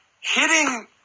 hitting